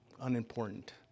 unimportant